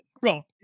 bro